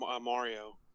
mario